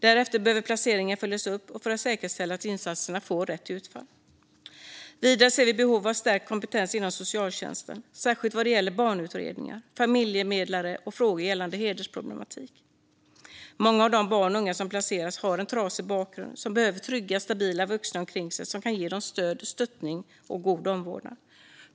Därefter behöver placeringarna följas upp för att säkerställa att insatserna fått rätt utfall. Vidare ser vi behov av stärkt kompetens inom socialtjänsten, särskilt vad gäller barnutredningar, familjemedlare och frågor gällande hedersproblematik. Många av de barn och unga som placeras har en trasig bakgrund och behöver trygga, stabila vuxna omkring sig som kan ge dem stöttning och god omvårdnad.